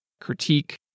critique